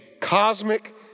cosmic